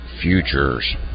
futures